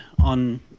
on